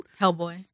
Hellboy